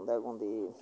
କ'ଣ କୁହନ୍ତି ତାକୁ